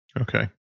Okay